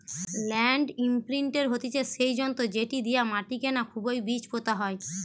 land ইমপ্রিন্টের হতিছে সেই যন্ত্র যেটি দিয়া মাটিকে না খুবই বীজ পোতা হয়